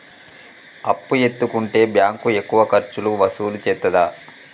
అప్పు ఎత్తుకుంటే బ్యాంకు ఎక్కువ ఖర్చులు వసూలు చేత్తదా?